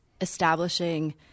establishing